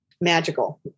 magical